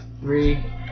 Three